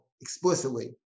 explicitly